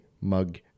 mug